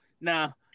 Now